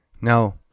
Now